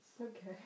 okay